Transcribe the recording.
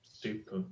super